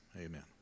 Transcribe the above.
amen